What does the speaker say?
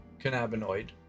cannabinoid